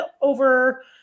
over